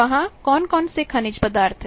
वहां कौन कौन सेखनिज पदार्थ हैं